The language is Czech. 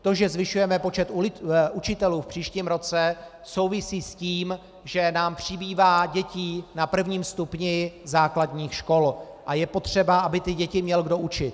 To, že zvyšujeme počet učitelů v příštím roce, souvisí s tím, že nám přibývá dětí na prvním stupni základních škol a je potřeba, aby děti měl kdo učit.